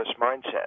mindset